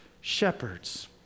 shepherds